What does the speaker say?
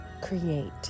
create